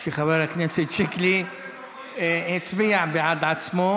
מתברר שחבר הכנסת שיקלי הצביע בעד עצמו,